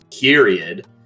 period